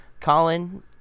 colin